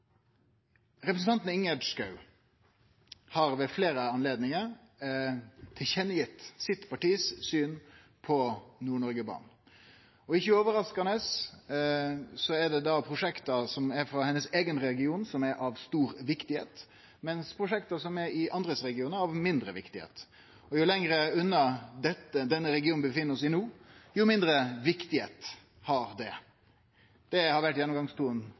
Representanten Ingjerd Schou har ved fleire anledningar gitt til kjenne kva syn partiet hennar har på Nord-Noreg-banen, og ikkje overraskande er det prosjekta som er frå hennar eigen region som er av stor viktigheit, mens prosjekta som er i andre sine regionar, er mindre viktige. Og jo lenger unna dei er den regionen vi oppheld oss i no, jo mindre viktig er det. Det har vore